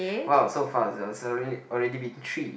!wow! so fast it's alre~ already been three